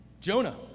Jonah